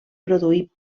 produir